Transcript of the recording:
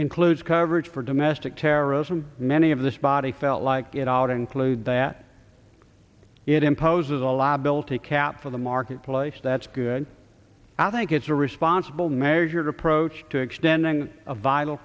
includes coverage for domestic terrorism many of this body felt like it ought include that it imposes a law bill to cap for the marketplace that's good i think it's a responsible measured approach to extending a vital